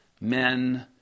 men